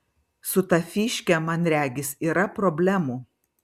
su ta fyške man regis yra problemų